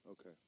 Okay